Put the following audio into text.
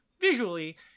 visually